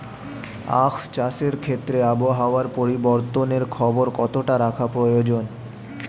আখ চাষের ক্ষেত্রে আবহাওয়ার পরিবর্তনের খবর কতটা রাখা প্রয়োজন?